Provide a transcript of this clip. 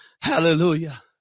hallelujah